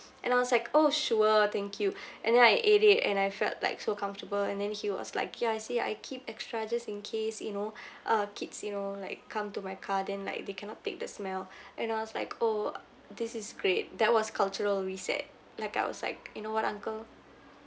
and I was like oh sure thank you and then I ate it and I felt like so comfortable and then he was like ya I see I keep extra just in case you know uh kids you know like come into my car then like they cannot take the smell and I was like oh this is great that was cultural reset like I was like you know what uncle